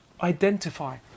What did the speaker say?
identify